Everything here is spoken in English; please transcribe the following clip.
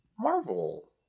Marvel